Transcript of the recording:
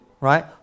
right